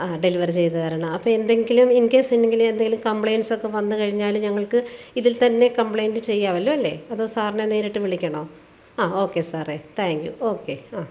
ആ ഡെലിവറ് ചെയ്ത് തരണം അപ്പം എന്തെങ്കിലും ഇൻ കേസ് ഇല്ലെങ്കിൽ എന്തെങ്കിലും കമ്പ്ലൈസ് ഒക്കെ വന്ന് കഴിഞ്ഞാൽ ഞങ്ങൾക്ക് ഇതിൽത്തന്നെ കമ്പ്ലൈൻറ്റ് ചെയ്യാമല്ലോ അല്ലേ അതോ സാറിനെ നേരിട്ട് വിളിക്കണോ അ ഓക്കെ സാറെ താങ്ക് യു ഓക്കെ അ